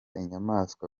inyamaswa